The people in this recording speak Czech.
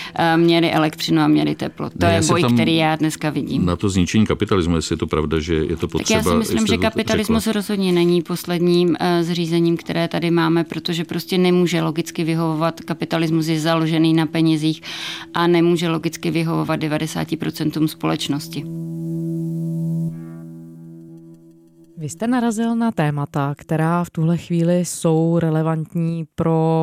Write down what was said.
Eh, měli elektřinu a měli teplo. To Ne, je já se boj, ptám který já dneska vidím. na to zničení kapitalismu, jestli je to pravda, že je to Tak já potřeba, si myslím, jestli že to t- kapitalismus řekla. rozhodně není posledním, eh, zřízením, které tady máme, protože prostě nemůže logicky vyhovovat- kapitalismus je založený na penězích a nemůže logicky vyhovovat 90% společnosti. Vy jste narazil na témata, která v tuhle chvíli jsou relevantní pro